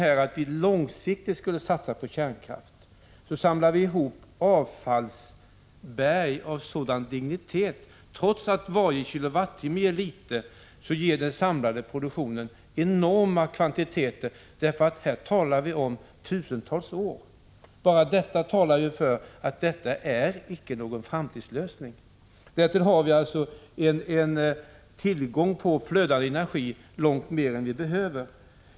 Skulle vi långsiktigt satsa på kärnkraft, så skulle vi samla ihop avfallsberg av väldig dignitet. Trots att varje kilowattimme ger litet skulle den samlade produktionen ge enorma kvantiteter. Här är det fråga om tusentals år. Bara det talar för att kärnkraft inte är någon framtidslösning. Dessutom har vi tillgång på flödande energi långt mer än vi behöver.